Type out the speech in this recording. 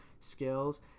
skills